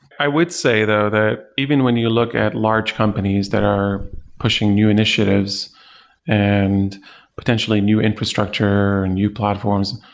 i would say though that even when you look at large companies that are pushing new initiatives and potentially new infrastructure and new platforms,